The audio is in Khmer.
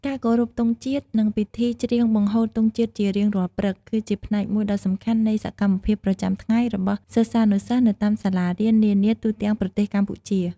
ការគោរពទង់ជាតិ និងពិធីច្រៀងបង្ហូតទង់ជាតិជារៀងរាល់ព្រឹក គឺជាផ្នែកមួយដ៏សំខាន់នៃសកម្មភាពប្រចាំថ្ងៃរបស់សិស្សានុសិស្សនៅតាមសាលារៀននានាទូទាំងប្រទេសកម្ពុជា។